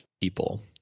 people